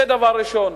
זה דבר ראשון.